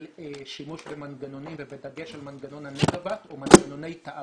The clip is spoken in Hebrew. שימוש במנגנונים ובדגש על מנגנון תעריף